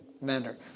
manner